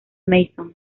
mason